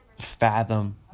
Fathom